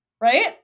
Right